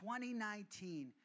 2019